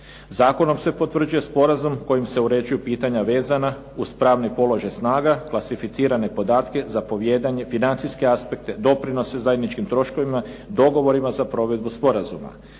Zakonom se potvrđuje sporazum kojim se uređuju pitanja vezana uz pravni položaj snaga, klasificirane podatke, zapovijedanje financijske aspekte, doprinose zajedničkim troškovima, dogovorima za provedbu sporazuma.